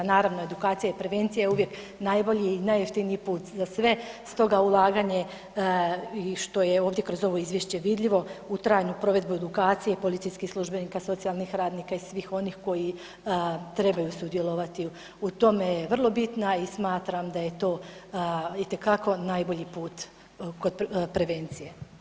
Naravno edukacija i prevencija je uvijek najbolji i najjeftiniji put za sve, stoga ulaganje i što je ovdje kroz ovo izvješće vidljivo u trajanju provedbe edukacije policijskih službenika, socijalnih radnika i svih onih koji trebaju sudjelovati u tome je vrlo bitna i smatram da je to itekako najbolji put kod prevencije.